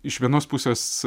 iš vienos pusės